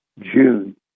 June